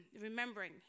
remembering